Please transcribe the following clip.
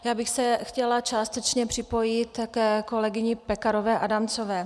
Já bych se chtěla částečně připojit ke kolegyni Pekarové Adamcové.